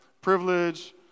privilege